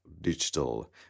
Digital